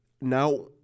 now